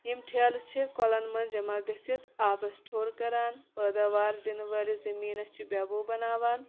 یِم ٹھیلہٕ چھِ کۄلَن منٛز جمع گٔژھِتھ آبَس ٹھوٚر کَران پٲداوار دِنہٕ وٲلِس زٔمیٖنَس چھِ بٮ۪وو بَناوان